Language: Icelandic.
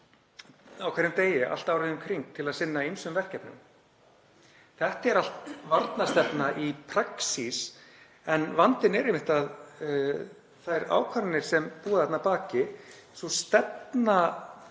á hverjum degi, allt árið um kring, til að sinna ýmsum verkefnum. Þetta er allt varnarstefna í praxís. Vandinn er að þær ákvarðanir sem búa þarna að baki, sú stefna